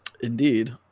indeed